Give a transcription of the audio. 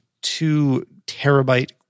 two-terabyte